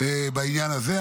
ולעוזריי בעניין הזה.